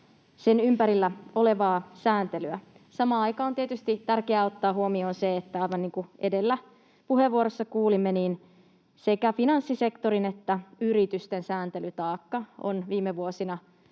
sen ympärillä olevaa sääntelyä. Samaan aikaan on tietysti tärkeää ottaa huomioon se, että — aivan niin kuin edellä puheenvuorossa kuulimme — sekä finanssisektorin että yritysten sääntelytaakka on viime vuosina